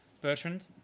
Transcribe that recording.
Bertrand